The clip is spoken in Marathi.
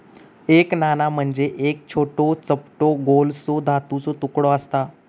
एक नाणा म्हणजे एक छोटो, चपटो गोलसो धातूचो तुकडो आसता